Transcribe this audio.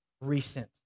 recent